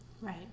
right